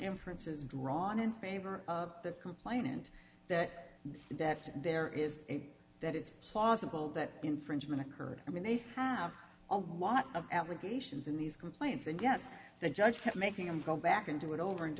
inferences drawn in favor of the complainant that that there is a that it's plausible that infringement occurred i mean they have a lot of allegations in these complaints against the judge kept making them go back and do it over and